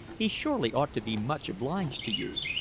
he surely ought to be much obliged to you.